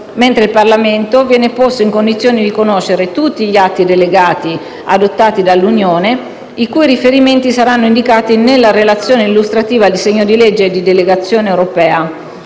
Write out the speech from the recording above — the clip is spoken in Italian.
mentre il Parlamento viene posto in condizione di conoscere tutti gli atti delegati adottati dall'Unione, i cui riferimenti saranno indicati nella relazione illustrativa al disegno di legge di delegazione europea.